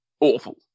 awful